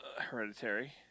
Hereditary